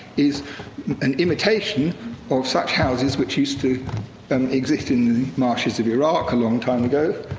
is an imitation of such houses which used to um exist in the marshes of iraq, a long time ago.